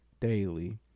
daily